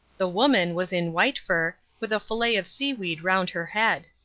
the woman was in white fur with a fillet of seaweed round her head.